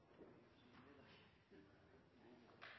Så til